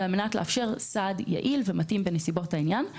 ועל מנת לאפשר סעד יעיל ומתאים בנסיבות העניין.